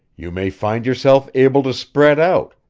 you may find yourself able to spread out,